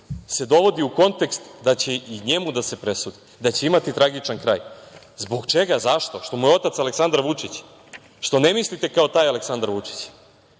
dovodi u kontekst da će i njemu da se presudi i da će imati tragičan kraj? Zbog čega? Zašto? Što mu je otac Aleksandar Vučić? Što ne mislite kao taj Aleksandar Vučić? Pitam